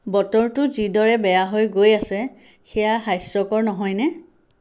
বতৰটো যিদৰে বেয়া হৈ গৈ আছে সেয়া হাস্যকৰ নহয়নে